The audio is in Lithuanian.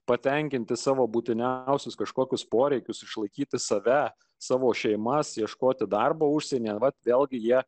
patenkinti savo būtiniausius kažkokius poreikius išlaikyti save savo šeimas ieškoti darbo užsienyje arba vėlgi jie